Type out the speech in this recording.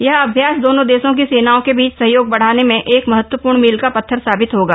यह अभ्यास दोनों देशों की सेनाओं के बीच सहयोग बढ़ाने में एक महत्वपूर्ण मील का पत्थर साबित होगा